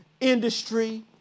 industry